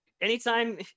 anytime